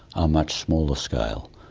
are much smaller-scale.